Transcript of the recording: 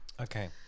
okay